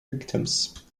victims